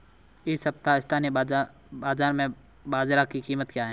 इस सप्ताह स्थानीय बाज़ार में बाजरा की कीमत क्या है?